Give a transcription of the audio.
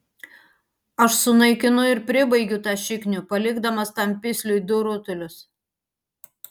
aš sunaikinu ir pribaigiu tą šiknių palikdamas tam pisliui du rutulius